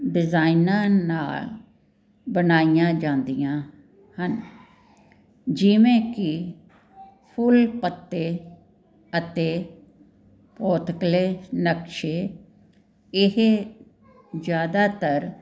ਡਿਜ਼ਾਈਨਾਂ ਨਾਲ ਬਣਾਈਆਂ ਜਾਂਦੀਆਂ ਹਨ ਜਿਵੇਂ ਕਿ ਫੁੱਲ ਪੱਤੇ ਅਤੇ ਉਹ ਪੋਤਕਲੇ ਨਕਸ਼ੇ ਇਹ ਜ਼ਿਆਦਾਤਰ